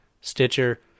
Stitcher